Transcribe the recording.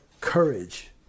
courage